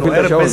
תפעיל את השעון.